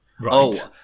right